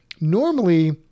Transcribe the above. normally